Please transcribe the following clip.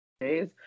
Days